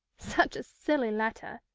such a silly letter!